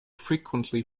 frequently